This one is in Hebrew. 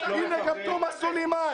הנה גם תומא סלימאן.